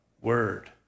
word